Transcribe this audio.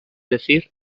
decir